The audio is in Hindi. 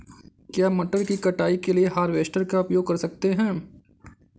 क्या मटर की कटाई के लिए हार्वेस्टर का उपयोग कर सकते हैं?